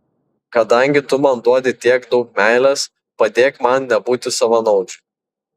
kadangi tu man duodi tiek daug meilės padėk man nebūti savanaudžiui